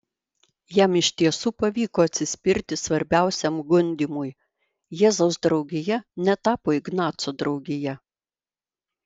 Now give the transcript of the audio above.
jam iš tiesų pavyko atsispirti svarbiausiam gundymui jėzaus draugija netapo ignaco draugija